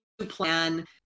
plan